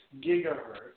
gigahertz